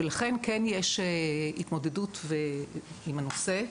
ולכן כן יש התמודדות, עם הנושא.